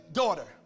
daughter